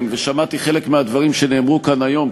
ושמעתי חלק מהדברים שנאמרו כאן היום,